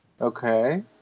Okay